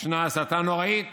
ישנה הסתה נוראית